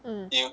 mm